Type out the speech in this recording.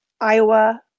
Iowa